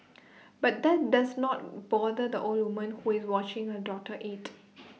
but that does not bother the older woman who is watching her daughter eat